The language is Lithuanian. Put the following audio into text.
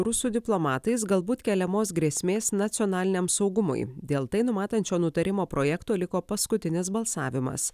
rusų diplomatais galbūt keliamos grėsmės nacionaliniam saugumui dėl tai numatančio nutarimo projekto liko paskutinis balsavimas